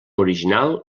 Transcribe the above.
original